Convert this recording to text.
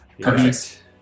Perfect